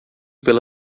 pela